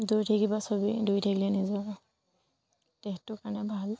দৌৰি থাকিব চবেই দৌৰি থাকিলে নিজৰ দেহটোৰ কাৰণে ভাল